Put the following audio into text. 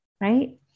Right